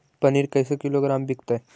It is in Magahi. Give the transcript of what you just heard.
पनिर कैसे किलोग्राम विकतै?